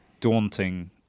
daunting